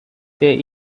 they